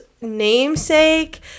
namesake